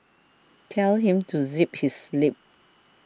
tell him to zip his lip